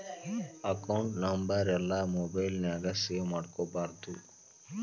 account ನಂಬರೆಲ್ಲಾ mobile ನ್ಯಾಗ save ಮಾಡ್ಕೊಬಾರ್ದು